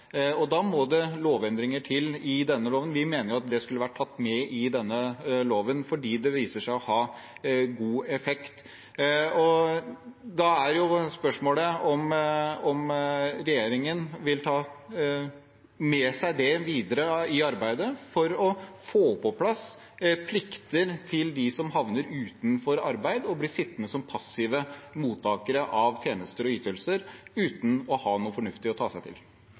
Da må det lovendringer til i denne loven. Vi mener det skulle vært tatt med i denne loven fordi det viser seg å ha god effekt. Da er spørsmålet om regjeringen vil ta det med seg videre i arbeidet for å få på plass plikter til dem som havner utenfor arbeid og blir sittende som passive mottakere av tjenester og ytelser uten å ha noe fornuftig å ta seg til.